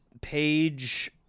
page